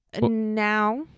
Now